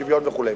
בשוויון וכו'.